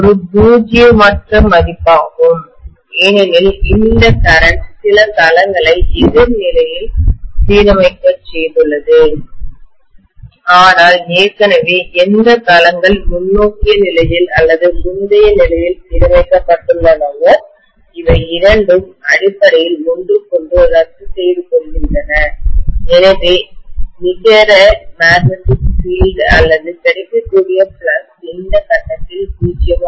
ஒரு பூஜ்ஜியமற்ற மதிப்பாகும் ஏனெனில் இந்த மின்னோட்டம் கரண்ட் சில களங்களை எதிர் நிலையில் சீரமைக்கச் செய்துள்ளது ஆனால் ஏற்கனவே எந்த களங்கள் முன்னோக்கிய நிலையில் அல்லது முந்தைய நிலையில் சீரமைக்கப்பட்டுள்ளனவோ இவை இரண்டும் அடிப்படையில் ஒன்றுக்கொன்று ரத்து செய்துகொள்கின்றன எனவே நிகர காந்தப்புலம் மேக்னெட்டிக் பீல்டு அல்லது கிடைக்கக்கூடிய ஃப்ளக்ஸ் இந்த கட்டத்தில் பூஜ்ஜியமாகிறது